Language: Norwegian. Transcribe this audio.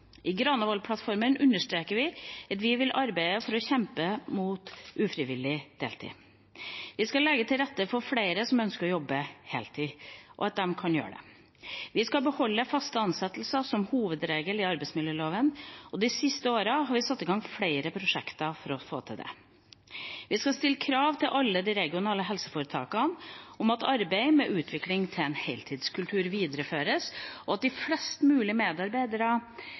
I Granavolden-plattformen understreker vi at vi vil arbeide for å kjempe mot ufrivillig deltid. Vi skal legge til rette for at flere som ønsker å jobbe heltid, kan gjøre det. Vi skal beholde faste ansettelser som hovedregel i arbeidsmiljøloven, og de siste årene har vi satt i gang flere prosjekter for å få til det. Vi skal stille krav til alle de regionale helseforetakene om at arbeidet med utvikling av en heltidskultur videreføres, og at flest mulig medarbeidere